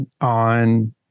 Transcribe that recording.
on